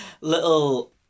little